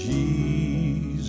Jesus